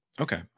Okay